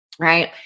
Right